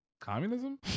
communism